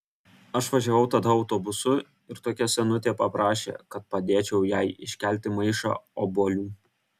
aš važiavau tada autobusu ir tokia senutė paprašė kad padėčiau jai iškelti maišą obuolių